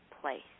place